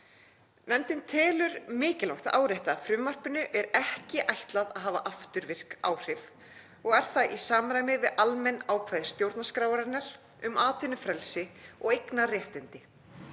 Nefndin telur mikilvægt að árétta að frumvarpinu er ekki ætlað að hafa afturvirk áhrif og er það í samræmi við almenn ákvæði stjórnarskrárinnar um atvinnufrelsi og eignarréttindi.